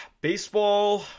baseball